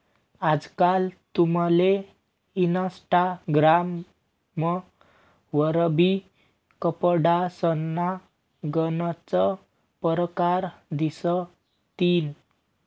आजकाल तुमले इनस्टाग्राम वरबी कपडासना गनच परकार दिसतीन